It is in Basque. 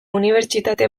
unibertsitate